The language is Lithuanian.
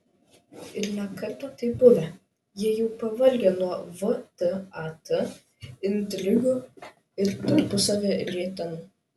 ir ne kartą taip buvę jie jau pavargę nuo vtat intrigų ir tarpusavio rietenų